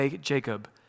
Jacob